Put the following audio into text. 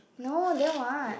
no then what